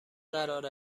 قراره